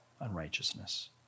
unrighteousness